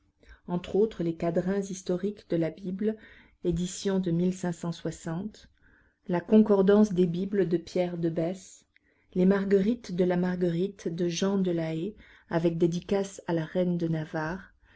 entre autres les quadrains historiques de la bible édition de la concordance des bibles de pierre de besse les marguerites de la marguerite de jean de la haye avec dédicace à la reine de navarre